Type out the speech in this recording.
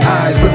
eyes